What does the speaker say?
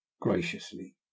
graciously